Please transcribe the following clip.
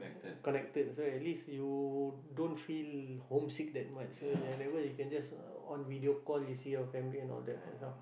connected so at least you don't feel homesick that much whenever you can just uh on video call you see your family and all that uh so